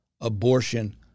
abortion